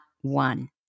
one